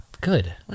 Good